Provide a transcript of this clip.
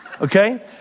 Okay